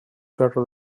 better